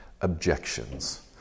objections